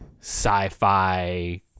sci-fi